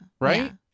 Right